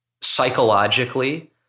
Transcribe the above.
psychologically